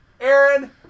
Aaron